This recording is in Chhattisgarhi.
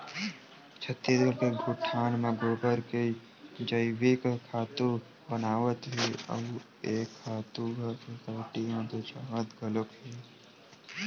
छत्तीसगढ़ के गोठान म गोबर के जइविक खातू बनावत हे अउ ए खातू ह सुसायटी म बेचावत घलोक हे